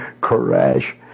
Crash